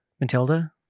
Matilda